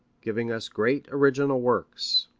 giving us great original works.